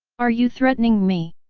are you threatening me?